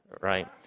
right